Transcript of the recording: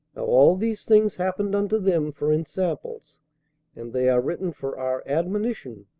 now all these things happened unto them for ensamples and they are written for our admonition,